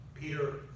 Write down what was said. Peter